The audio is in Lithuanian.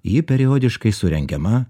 ji periodiškai surengiama